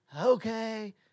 okay